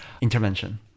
intervention